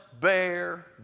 bear